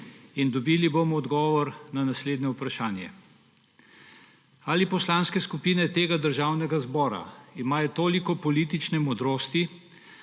in dobili bomo odgovor na naslednje vprašanje: Ali poslanske skupine tega državnega zbora imajo toliko politične modrosti,